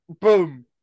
boom